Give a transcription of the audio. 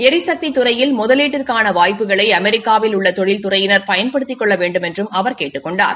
ளரிசக்தி துறையில் முதலீட்டிற்கான வாய்ப்புகளை அமெரிக்காவில் உள்ள தொழில்துறையினா் பயன்படுத்திக் கொள்ள வேண்டுமென்றும் அவர் கேட்டுக் கொண்டார்